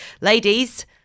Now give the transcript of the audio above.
ladies